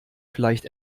vielleicht